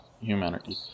humanity